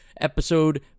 Episode